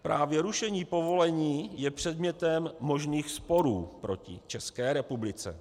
Právě rušení povolení je předmětem možných sporů proti České republice.